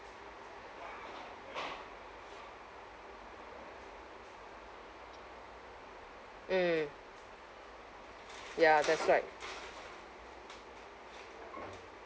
mm ya that's right